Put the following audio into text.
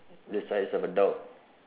the size of a dog